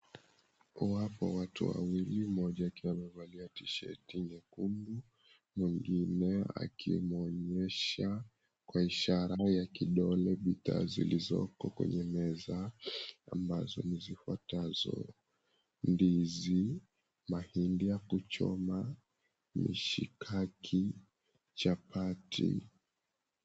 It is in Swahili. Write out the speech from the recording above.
Kuwapo watu wawili, mmoja akiwa amevalia tishati nyekundu, mwingini akimwonyesha kwa ishara ya kidole bidhaa zilizoko kwenye meza ambazo ni zifuatazo, ndizi, mahindi ya kuchoma, mishikaki, chapati.